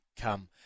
come